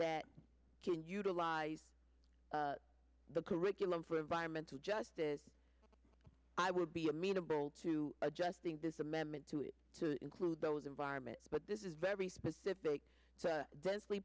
that can utilize the curriculum for environmental justice i would be amenable to adjusting this amendment to include those environment but this is very specific densely